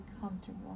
comfortable